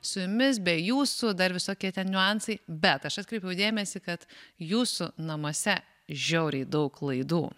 su jumis be jūsų dar visokie ten niuansai bet aš atkreipiau dėmesį kad jūsų namuose žiauriai daug laidų